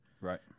Right